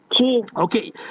Okay